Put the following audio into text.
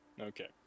Okay